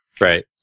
Right